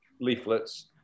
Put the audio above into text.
leaflets